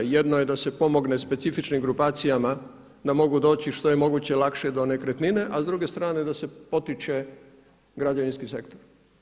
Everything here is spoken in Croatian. Jedno je da se pomogne specifičnim grupacijama da mogu doći što je moguće lakše do nekretnine, a s druge strane da se potiče građevinski sektor.